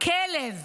"כלב",